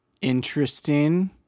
Interesting